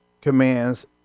commands